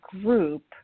group